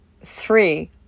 three